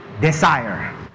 desire